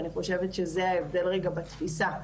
אני חושבת שזה ההבדל רגע בתפיסה,